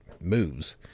moves